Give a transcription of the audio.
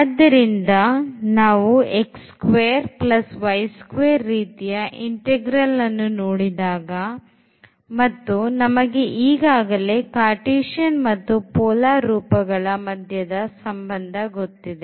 ಆದ್ದರಿಂದ ನಾವು ರೀತಿಯ integral ಅನ್ನು ನೋಡಿದಾಗ ಮತ್ತು ನಮಗೆ ಈಗಾಗಲೇ ಕಾರ್ಟೀಸಿಯನ್ ಮತ್ತು polar ರೂಪಗಳ ಮಧ್ಯದ ಸಂಬಂಧ ಗೊತ್ತಿದೆ